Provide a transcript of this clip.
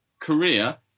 Korea